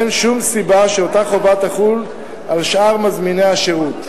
אין שום סיבה שאותה חובה תחול על שאר מזמיני השירות.